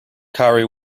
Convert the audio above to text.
curry